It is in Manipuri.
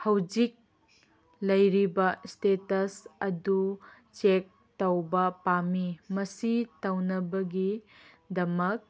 ꯍꯧꯖꯤꯛ ꯂꯩꯔꯤꯕ ꯏꯁꯇꯦꯇꯁ ꯑꯗꯨ ꯆꯦꯛ ꯇꯧꯕ ꯄꯥꯝꯃꯤ ꯃꯁꯤ ꯇꯧꯅꯕꯒꯤꯗꯃꯛ